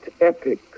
epic